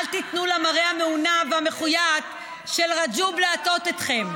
אל תיתנו למראה המעונב והמחויט של רג'וב להטעות אתכם,